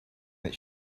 that